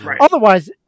Otherwise